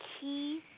key